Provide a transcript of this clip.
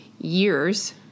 years